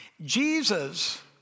Jesus